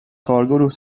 کارگروه